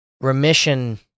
Remission